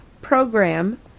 program